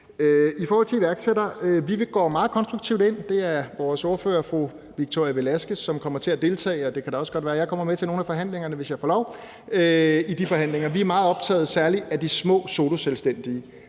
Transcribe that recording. I forhold til iværksættere vil jeg sige, at vi går meget konstruktivt ind i det. Det er vores ordfører på området, fru Victoria Velasquez, som kommer til at deltage, og det kan da også godt være, jeg kommer med til nogle af forhandlingerne, hvis jeg får lov. Vi er meget optaget af særlig de små soloselvstændige.